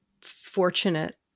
fortunate